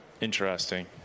interesting